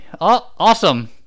awesome